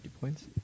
points